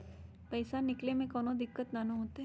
पईसा निकले में कउनो दिक़्क़त नानू न होताई?